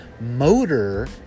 motor